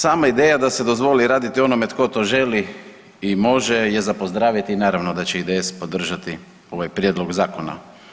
Sama ideja da se dozvoli raditi onome tko to želi i može je za pozdraviti, naravno da će IDS podržati ovaj prijedlog zakona.